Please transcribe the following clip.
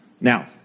Now